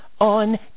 on